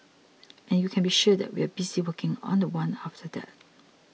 and you can be sure that we are busy working on the one after that